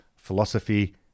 philosophy